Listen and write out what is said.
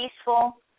peaceful